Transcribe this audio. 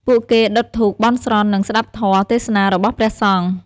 ពួកគេដុតធូប បន់ស្រន់ និងស្តាប់ធម៌ទេសនារបស់ព្រះសង្ឃ។